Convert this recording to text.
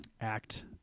act